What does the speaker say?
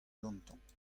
gantañ